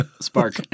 spark